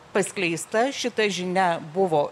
paskleista šita žinia buvo